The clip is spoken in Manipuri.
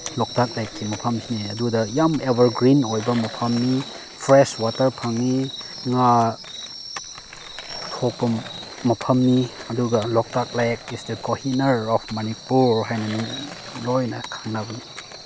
ꯂꯣꯛꯇꯥꯛ ꯂꯦꯛꯀꯤ ꯃꯐꯝꯁꯤꯅꯤ ꯑꯗꯨꯗ ꯌꯥꯝ ꯑꯦꯕꯔ ꯒ꯭ꯔꯤꯟ ꯑꯣꯏꯕ ꯃꯐꯝꯅꯤ ꯐ꯭ꯔꯦꯁ ꯋꯥꯇꯔ ꯐꯪꯉꯤ ꯉꯥ ꯄꯨꯊꯣꯛꯄ ꯃꯐꯝꯅꯤ ꯑꯗꯨꯒ Loktak lake is the Kohinoor of Manipur ꯍꯥꯏꯅ ꯃꯤ ꯂꯣꯏꯅ ꯈꯪꯅꯕꯅꯤ